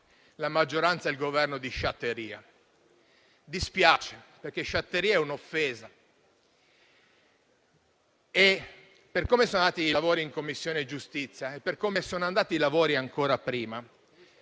maggioranza e Governo di sciatteria. Dispiace, perché parlare di sciatteria è un'offesa e, per come sono andati i lavori in Commissione giustizia e per come sono andati ancor prima,